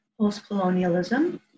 Postcolonialism